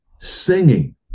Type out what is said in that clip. singing